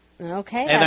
Okay